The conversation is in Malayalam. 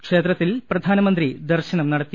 ക്ഷേത്രത്തിൽ പ്രധാനമന്ത്രി ദർശനം നടത്തി